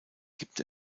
gibt